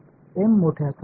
1 அல்லது 0